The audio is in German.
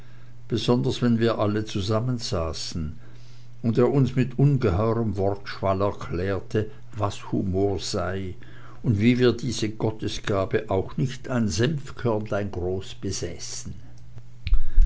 besonders wenn wir alle zusammensaßen und er uns mit ungeheurem wortschwall erklärte was humor sei und wie wir dieser gottesgabe auch nicht eines senfkörnleins groß besäßen